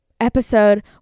episode